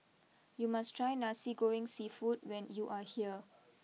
you must try Nasi Goreng Seafood when you are here